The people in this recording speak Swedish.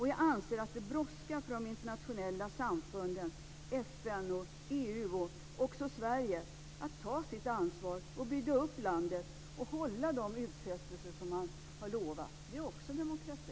Jag anser att det brådskar för de internationella samfunden, FN, EU och också Sverige att ta sitt ansvar, bygga upp landet och hålla de utfästelser man har lovat. Det är också demokrati.